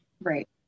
Right